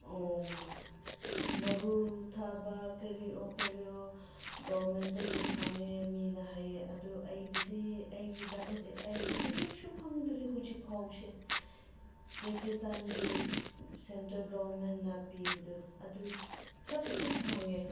ꯃꯔꯨ ꯊꯥꯕ ꯀꯔꯤꯑꯣ ꯀꯔꯤꯑꯣ ꯒꯣꯔꯃꯦꯟꯗꯒꯤ ꯐꯪꯉꯦ ꯃꯤꯅ ꯍꯥꯏꯑꯦ ꯑꯗꯨ ꯑꯩꯕꯨꯗꯤ ꯑꯩꯒꯤꯗꯃꯛꯇꯤ ꯑꯩꯗꯤ ꯀꯔꯤꯁꯨ ꯐꯪꯗ꯭ꯔꯤ ꯍꯧꯖꯤꯛ ꯐꯥꯎꯁꯦ ꯁꯦꯟꯇꯔ ꯒꯣꯔꯃꯦꯟꯅ ꯄꯤꯕꯗꯣ ꯑꯗꯨ ꯈꯛꯇꯤ ꯐꯪꯉꯦ